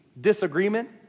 disagreement